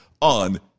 on